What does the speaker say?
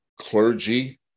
clergy